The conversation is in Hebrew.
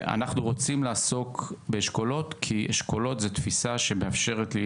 אנחנו רוצים לפעול באשכולות כי זאת תפיסה שמאפשרת לי